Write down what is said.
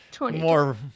more